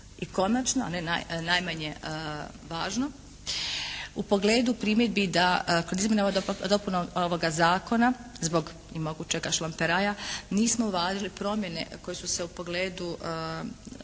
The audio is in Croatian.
I konačno, a ne najmanje važno, u pogledu primjedbi da kada … /Ne razumije se./ … dopunom ovoga zakona zbog i mogućega šlamperaja nismo uvažili promjene koje su se u pogledu i